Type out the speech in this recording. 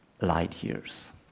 light-years